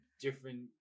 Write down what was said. different